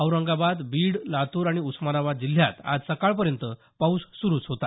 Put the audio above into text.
औरंगाबाद बीड लातूर आणि उस्मानाबाद जिल्ह्यात आज सकाळपर्यंत पाऊस सुरू होता